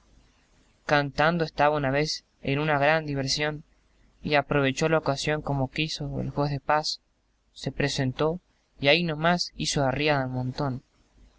cantando estaba una vez en una gran diversión y aprovecho la ocasión como quiso el juez de paz se presentó y ahi nomás hizo arriada en montón